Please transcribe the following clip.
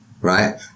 Right